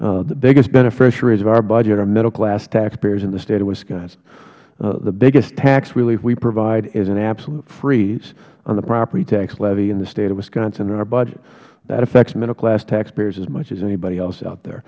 proposed the biggest beneficiaries of our budget are middle class taxpayers in the state of wisconsin the biggest tax relief we provide is an absolute freeze on the property tax levy in the state of wisconsin in our budget that affects middle class taxpayers as much as anybody else out there